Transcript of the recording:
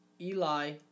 Eli